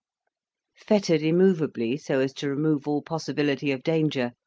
fettered immovably so as to remove all possibility of danger,